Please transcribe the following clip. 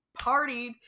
partied